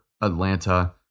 Atlanta